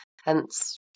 Hence